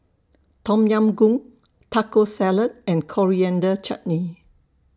Tom Yam Goong Taco Salad and Coriander Chutney